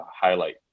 highlight